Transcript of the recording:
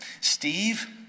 Steve